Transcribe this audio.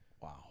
wow